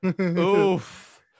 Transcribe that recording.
Oof